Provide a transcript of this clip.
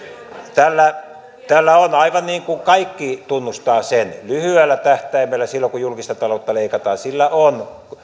tällä tällä on aivan niin kuin kaikki tunnustavat sen lyhyellä tähtäimellä silloin kun julkista taloutta leikataan